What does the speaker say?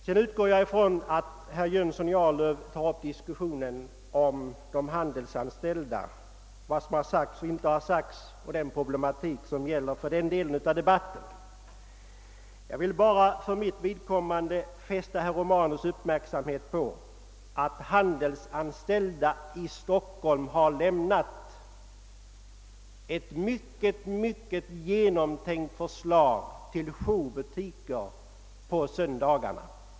Jag utgår ifrån att herr Jönsson i Arlöv tar upp frågan om vad som har sagts och inte har sagts av de handelsanställda. Jag vill bara för egen del fästa herr Romanus” uppmärksamhet på att handelsanställda i Stockholm lämnat ett mycket väl genomtänkt förslag till jourbutiker på söndagarna.